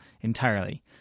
entirely